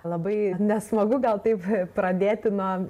labai nesmagu gal taip pradėti nuo